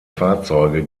fahrzeuge